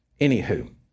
Anywho